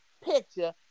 picture